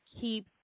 keep